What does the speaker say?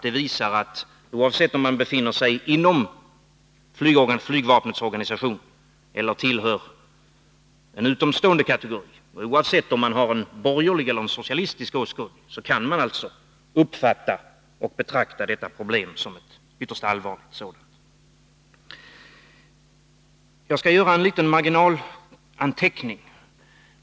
Det visar att oavsett om man befinner sig inom flygvapnets organisation eller tillhör en utomstående kategori, och oavsett om man har en borgerlig eller en socialistisk åskådning, kan man uppfatta och betrakta detta problem som ett ytterst allvarligt sådant. Jag skall göra en liten marginalanteckning.